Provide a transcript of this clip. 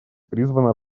призвана